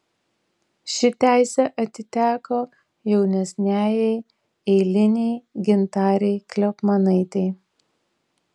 ši teisė atiteko jaunesniajai eilinei gintarei kliopmanaitei